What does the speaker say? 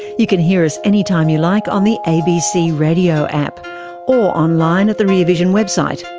you can hear us any time you like on the abc radio app or online at the rear vision website.